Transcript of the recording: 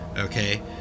okay